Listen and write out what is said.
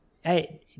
hey